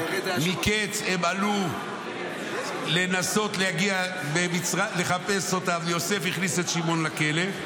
במקץ הם עלו למצרים לנסות לחפש אותם ויוסף הכניס את שמעון לכלא.